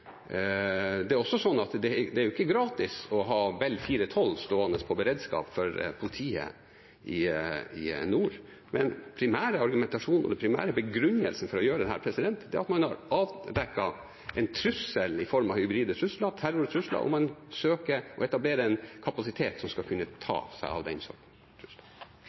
Det er heller ikke gratis å ha Bell 412 stående i beredskap for politiet i nord, men den primære argumentasjonen og den primære begrunnelsen for å gjøre dette er at man har avdekket en trussel i form av hybride trusler, terrortrusler, og man søker å etablere en kapasitet som skal kunne ta seg av den.